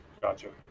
Gotcha